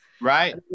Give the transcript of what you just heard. Right